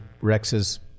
Rex's